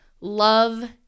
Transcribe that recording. love